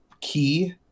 key